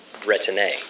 Retin-A